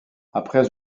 après